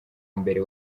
mbere